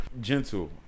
Gentle